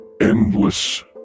endless